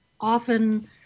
often